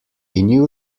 new